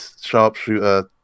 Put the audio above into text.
Sharpshooter